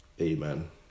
amen